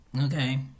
Okay